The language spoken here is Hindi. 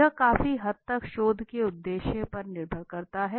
यह काफी हद तक शोध के उद्देश्य पर निर्भर करता है